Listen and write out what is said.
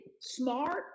smart